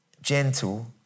gentle